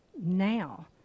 now